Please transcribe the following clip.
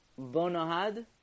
Bonohad